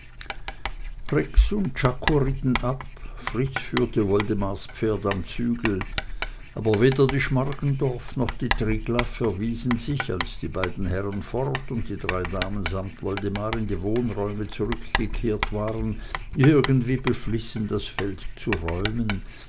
und czako ritten ab fritz führte woldemars pferd am zügel aber weder die schmargendorf noch die triglaff erwiesen sich als die beiden herren fort und die drei damen samt woldemar in die wohnräume zurückgekehrt waren irgendwie beflissen das feld zu räumen